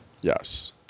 Yes